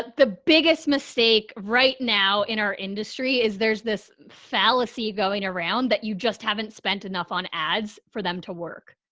the biggest mistake right now in our industry is there's this fallacy going around that you just haven't spent enough on ads for them to work.